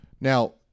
Now